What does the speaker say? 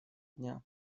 дня